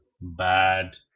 bad